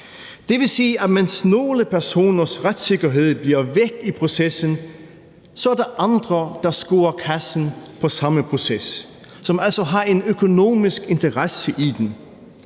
Det vil sige, at mens nogle personers retssikkerhed bliver væk i processen, er der andre, der scorer kassen på samme proces, og som altså har en økonomisk interesse i den.